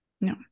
No